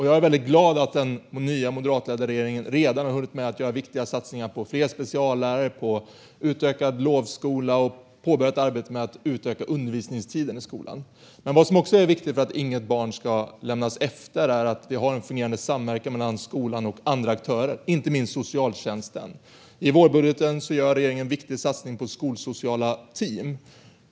Jag är glad att den nya moderatledda regeringen redan har hunnit med att göra viktiga satsningar på fler speciallärare och utökad lovskola och påbörjat arbetet med att utöka undervisningstiden i skolan. Men vad som också är viktigt för att inget barn ska lämnas efter är att vi har en fungerande samverkan mellan skolan och andra aktörer, inte minst socialtjänsten. I vårbudgeten gör regeringen en viktig satsning på skolsociala team.